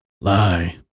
Lie